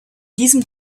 diesem